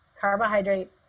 carbohydrate